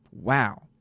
Wow